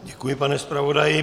Děkuji, pane zpravodaji.